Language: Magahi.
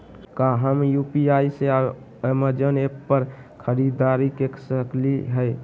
का हम यू.पी.आई से अमेजन ऐप पर खरीदारी के सकली हई?